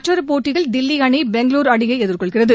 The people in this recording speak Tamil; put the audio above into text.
மற்றொரு போட்டியில் தில்லி அணி பெங்களூரு அணியை எதிர்கொள்கிறது